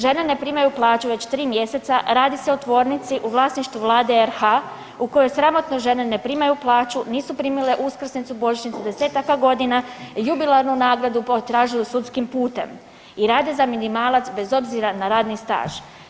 Žene ne primaju plaću već 3 mjeseca, radi se o tvornici u vlasništvu Vlade RH u kojoj sramotno žene ne primaju plaću, nisu primile uskrsnicu, božićnicu desetaka godina, jubilarnu nagradu potražuju sudskim putem i rade za minimalac bez obzira na radni staž.